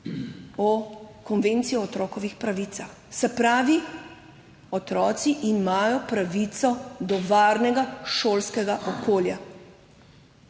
Konvencije o otrokovih pravicah. Se pravi, otroci imajo pravico do varnega šolskega okolja.